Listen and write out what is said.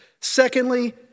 secondly